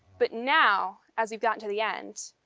but now as we've gotten to the end,